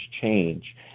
change